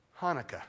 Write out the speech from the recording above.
Hanukkah